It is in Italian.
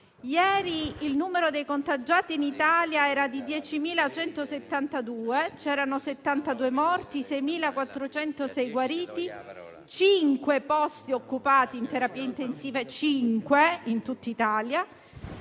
Ieri il numero dei contagiati in Italia è stato pari a 10.172, con 72 morti, 6.406 guariti, cinque posti occupati in terapia intensiva in tutta Italia